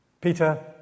Peter